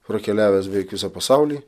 prakeliavęs beveik visą pasaulį